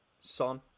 Son